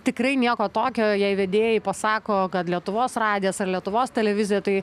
tikrai nieko tokio jei vedėjai pasako kad lietuvos radijas ar lietuvos televizija tai